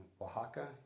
Oaxaca